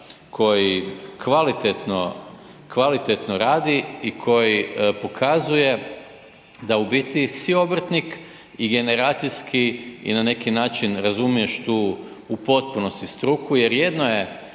koji kvalitetno radi i koji pokazuje da u biti si obrtnik i generacijski i na neki način razumiješ tu u potpunosti struku, jer jedno je